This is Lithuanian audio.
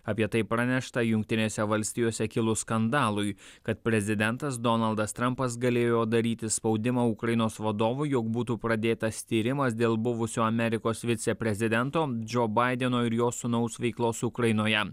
apie tai pranešta jungtinėse valstijose kilus skandalui kad prezidentas donaldas trampas galėjo daryti spaudimą ukrainos vadovui jog būtų pradėtas tyrimas dėl buvusio amerikos viceprezidento džo baideno ir jo sūnaus veiklos ukrainoje